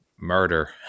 murder